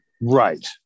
right